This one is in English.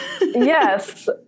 Yes